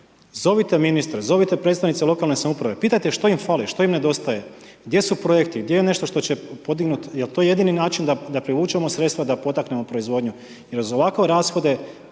Zovite ministre, zovite predstavnike lokalne samouprave, pitajte što im fali, što im nedostaje, gdje su projekti, gdje je nešto što će podignuti, jer to je jedini način, da povučemo sredstva, da potaknemo proizvodnju, jer za ovakve rashode,